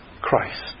Christ